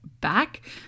back